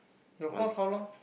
the course how long